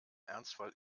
ernstfall